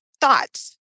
thoughts